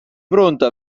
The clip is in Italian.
pronta